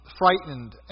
frightened